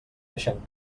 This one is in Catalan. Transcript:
deixem